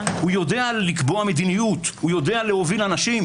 הוא יודע לקבוע מדיניות ולהוביל אנשים